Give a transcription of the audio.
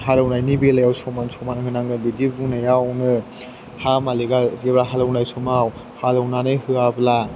हालेवनायनि बेलायाव समान समान होनांगोन बिदि बुंनायावनो हा मालिकआ जेब्ला हालेवनाय समाव हालेवनानै होआब्ला